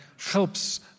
helps